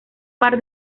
par